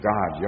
God